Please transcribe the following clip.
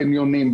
קניונים,